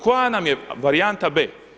Koja nam je varijanta b?